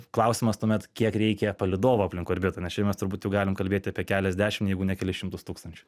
klausimas tuomet kiek reikia palydovų aplink orbitą nes čia mes turbūt jau galim kalbėti apie keliasdešimt jeigu ne kelis šimtus tūkstančių